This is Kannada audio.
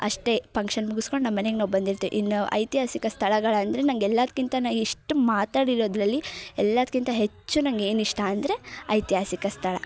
ಅಷ್ಟೇ ಪಂಕ್ಷನ್ ಮುಗುಸ್ಕೊಂಡು ನಮ್ಮ ಮನೆಗೆ ನಾವು ಬಂದಿರ್ತೀವಿ ಇನ್ನೂ ಐತಿಹಾಸಿಕ ಸ್ಥಳಗಳು ಅಂದರೆ ನನಗೆ ಎಲ್ಲಾದಕ್ಕಿಂತ ನಾ ಇಷ್ಟು ಮಾತಾಡಿರೋದರಲ್ಲಿ ಎಲ್ಲದಕ್ಕಿಂತ ಹೆಚ್ಚು ನಂಗೇನು ಇಷ್ಟ ಅಂದರೆ ಐತಿಹಾಸಿಕ ಸ್ಥಳ